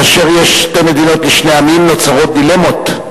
כאשר יש שתי מדינות לשני עמים נוצרות דילמות,